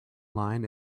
line